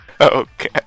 Okay